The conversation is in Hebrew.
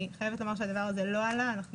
אני חייבת לומר שהנושא הזה לא עלה אבל אנחנו